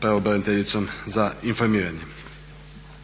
pravobraniteljicom za informiranje.